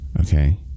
Okay